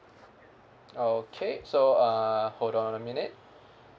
okay so uh hold on a minute